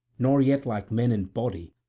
nor yet like men in body,